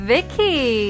Vicky